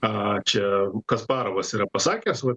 a čia kasparovas yra pasakęs vat